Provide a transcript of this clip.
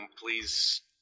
please